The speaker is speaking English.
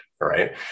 right